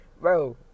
Bro